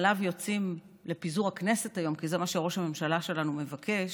עליו יוצאים לפיזור הכנסת היום כי זה מה שראש הממשלה שלנו מבקש,